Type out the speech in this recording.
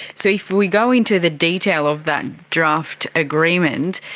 so if we go into the detail of that draft agreement,